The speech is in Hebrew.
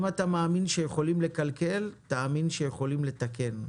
אם אתה מאמין שיכולים לקלקל, תאמין שיכולים לתקן.